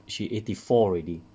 she eighty four already